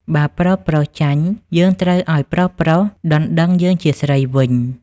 បើប្រុសៗចាញ់យើងត្រូវឲ្យប្រុសៗដណ្តឹងយើងជាស្រីវិញ" ។